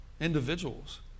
individuals